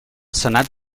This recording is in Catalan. senat